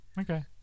Okay